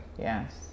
yes